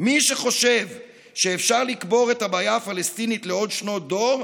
מי שחושב שאפשר לקבור את הבעיה הפלסטינית לעוד שנות דור,